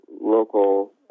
local